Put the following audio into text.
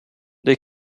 they